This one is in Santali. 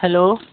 ᱦᱮᱞᱳ